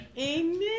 Amen